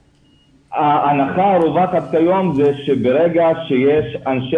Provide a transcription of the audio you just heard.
ההנחה הרווחת כיום היא שברגע שיש אנשי